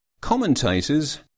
Commentators